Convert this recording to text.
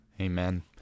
Amen